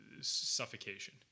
suffocation